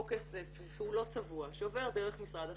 כסף שהוא לא צבוע שעובר דרך משרד החינוך,